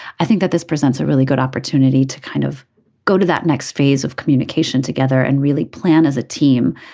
i think that this presents a really good opportunity to kind of go to that next phase of communication together and really plan as a team.